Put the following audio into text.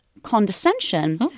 condescension